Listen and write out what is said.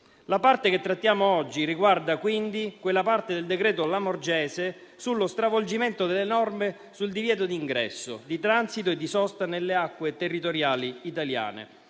La parte che trattiamo oggi riguarda, quindi, quella parte del decreto Lamorgese sullo stravolgimento delle norme sul divieto di ingresso, di transito e di sosta nelle acque territoriali italiane,